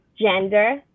gender